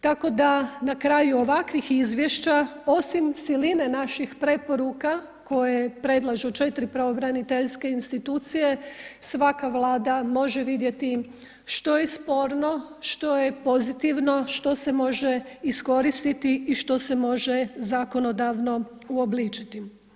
Tako da na kraju ovakvih izvješća osim siline naših preporuka koje predlažu četiri pravobraniteljske institucije, svaka Vlada može vidjeti što je sporno, što je pozitivno, što se može iskoristiti i što se može zakonodavno uobličiti.